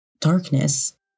darkness